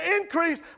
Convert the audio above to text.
increase